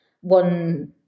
one